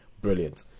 Brilliant